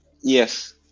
Yes